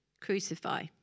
crucify